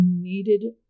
needed